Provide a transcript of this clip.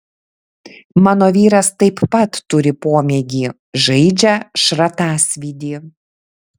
mano vyras taip pat turi pomėgį žaidžia šratasvydį